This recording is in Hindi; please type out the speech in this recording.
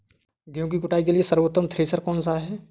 गेहूँ की कुटाई के लिए सर्वोत्तम थ्रेसर कौनसा है?